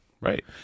Right